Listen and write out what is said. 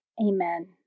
Amen